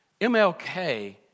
MLK